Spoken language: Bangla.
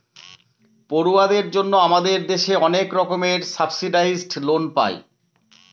পড়ুয়াদের জন্য আমাদের দেশে অনেক রকমের সাবসিডাইসড লোন পায়